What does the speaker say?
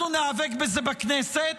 אנחנו ניאבק בזה בכנסת,